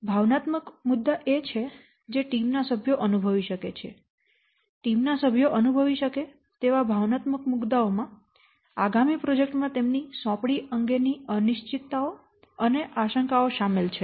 ભાવનાત્મક મુદ્દા એ છે જે ટીમ ના સભ્યો અનુભવી શકે છે ટીમના સભ્યો અનુભવી શકે તેવા ભાવનાત્મક મુદ્દાઓ માં આગામી પ્રોજેક્ટ માં તેમની સોંપણી અંગેની અનિશ્ચિતતાઓ અને આશંકાઓ શામેલ છે